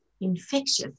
infectious